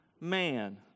man